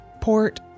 port